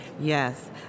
Yes